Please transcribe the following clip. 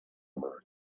emerald